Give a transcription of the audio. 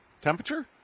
Temperature